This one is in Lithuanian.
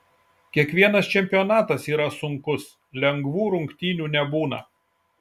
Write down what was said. kiekvienas čempionatas yra sunkus lengvų rungtynių nebūna